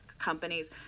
companies